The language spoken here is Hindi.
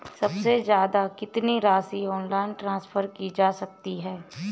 सबसे ज़्यादा कितनी राशि ऑनलाइन ट्रांसफर की जा सकती है?